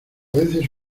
veces